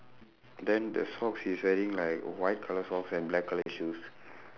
then the socks he's wearing like white colour socks and black colour shoes